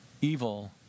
evil